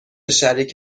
شریک